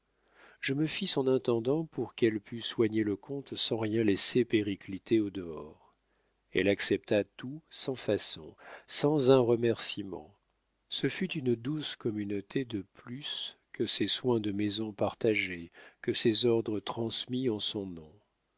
je me fis son intendant pour qu'elle pût soigner le comte sans rien laisser péricliter au dehors elle accepta tout sans façon sans un remercîment ce fut une douce communauté de plus que ces soins de maison partagés que ces ordres transmis en son nom